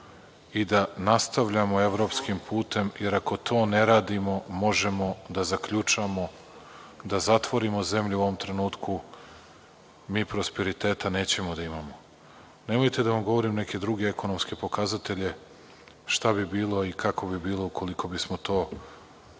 i da nastavljamo evropskim putem, jer ako to ne radimo, možemo da zaključamo, da zatvorimo zemlju, u ovom trenutku mi prosperiteta nećemo da imamo. Nemojte da vam govorim neke druge ekonomske pokazatelje, šta bi bilo i kako bi bilo ukoliko bismo to u